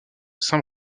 saint